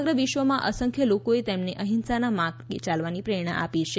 સમગ્ર વિશ્વમાં અસંખ્ય લોકોને તેમણે અહિંસાના માર્ગે ચાલવાની પ્રેરણા આપી છે